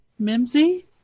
Mimsy